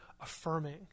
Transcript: affirming